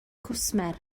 cwsmer